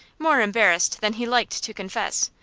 more embarrassed than he liked to confess,